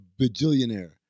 bajillionaire